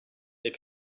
they